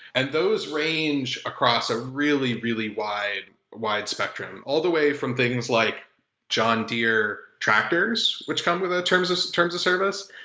and those range across a really really wide wide spectrum, all the way from things like john deere tractors which come with a terms of terms of service,